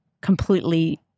completely